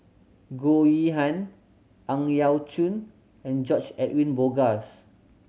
Goh Yihan Ang Yau Choon and George Edwin Bogaars